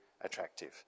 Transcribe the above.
attractive